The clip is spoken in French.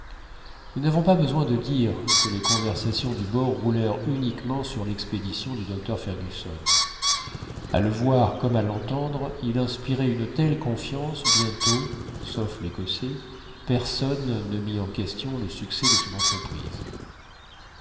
nous n'avons pas besoin de dire que les conversations du bord roulèrent uniquement sur l'expédition du docteur fergusson a le voir comme à l'entendre il inspirait une telle confiance bientôt sauf l'écossais personne ne mit en question le succès de son entreprise